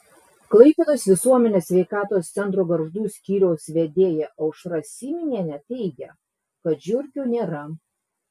klaipėdos visuomenės sveikatos centro gargždų skyriaus vedėja aušra syminienė teigia kad žiurkių nėra